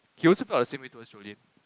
he also felt the same way towards Jolene